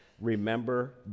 remember